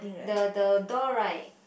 the the door right